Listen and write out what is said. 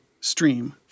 stream